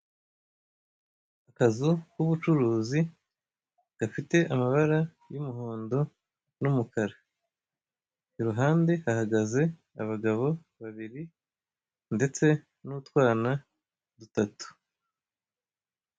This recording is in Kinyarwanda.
Akazu k'ubucuruzi, gafite amabara y'umuhondo n'umukara. Iruhande hahagaze abagabo babiri ndetse n'utwana dutatu.